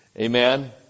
Amen